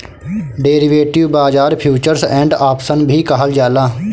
derivative बाजार futures and option भी कहल जाला